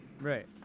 Right